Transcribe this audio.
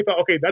okay